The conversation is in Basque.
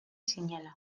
zinela